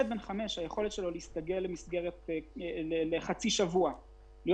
היכולת של ילד בן חמש להסתגל לחצי שבוע במסגרת